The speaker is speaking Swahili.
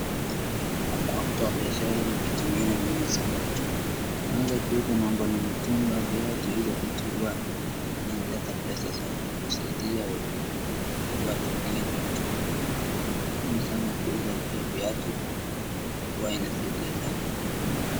Kukuwa mtu wa biashara ni kitu ingine muhimu sana, kuanza kuuza mambo na; mitumba, viatu, hizo vitu huwa zinaleta pesa sana, na husaidia wenye watu wa Kenya. Ni muhimu sana kuuza pia viatu, huwa inasaidia sana.